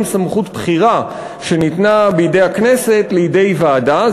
סמכות בכירה שניתנה בידי הכנסת לידי ועדה.